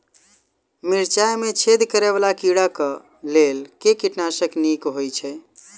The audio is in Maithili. मिर्चाय मे छेद करै वला कीड़ा कऽ लेल केँ कीटनाशक नीक होइ छै?